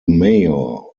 mayor